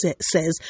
says